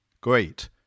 Great